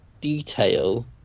detail